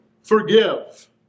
forgive